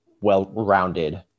well-rounded